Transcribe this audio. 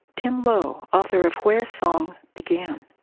tim low, author of where song began